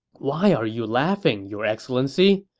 why are you laughing, your excellency?